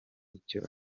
icyo